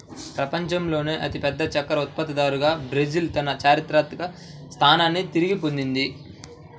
ప్రపంచంలోనే అతిపెద్ద చక్కెర ఉత్పత్తిదారుగా బ్రెజిల్ తన చారిత్రక స్థానాన్ని తిరిగి పొందింది